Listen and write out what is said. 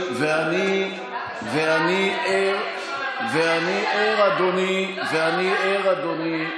ואני ער, אדוני, תתייחס להגבלה.